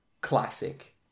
classic